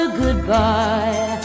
goodbye